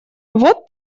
вот